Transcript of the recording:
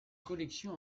collection